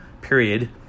period